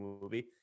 movie